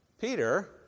Peter